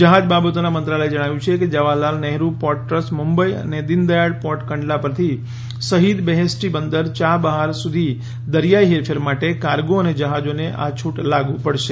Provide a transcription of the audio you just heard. જહાજ બાબતોના મંત્રાલયે જણાવ્યું કે જવાહરલાલ નહેરુ પોર્ટ ટ્રસ્ટ મુંબઈ અને દીનદયાળ પોર્ટ કંડલા પરથી શહિદ બેહેષ્ટી બંદર ચાબહાર સુધી દરિયાઈ હેરફેર માટે કાર્ગો અને જહાજોને આ છૂટ લાગુ પડશે